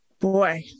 Boy